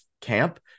camp